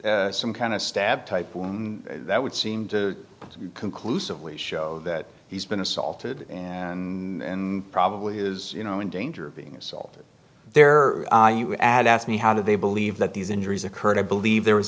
some kind of stab type that would seem to conclusively show that he's been assaulted and probably is you know in danger of being assaulted there you add asked me how do they believe that these injuries occurred i believe there was